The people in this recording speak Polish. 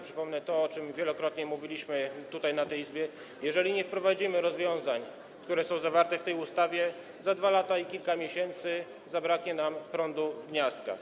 Przypomnę to, o czym wielokrotnie mówiliśmy tutaj, w tej Izbie: jeżeli nie wprowadzimy rozwiązań, które są zawarte w tej ustawie, to za 2 lata i kilka miesięcy zabraknie nam prądu w gniazdkach.